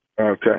Okay